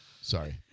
Sorry